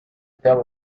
tell